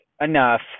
enough